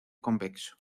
convexo